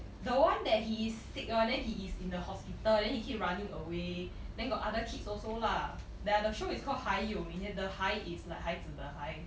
the one that he is sick [one] then he is in the hospital then he keep running away then got other kids also lah yeah the show is called 还有明天 the 孩 is like 孩子的孩